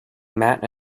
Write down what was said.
matt